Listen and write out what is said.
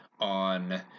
on